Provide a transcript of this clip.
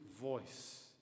voice